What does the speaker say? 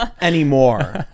anymore